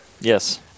Yes